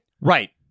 Right